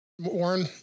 Warren